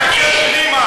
האשמות של אחרים.